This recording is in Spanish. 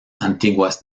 antiguas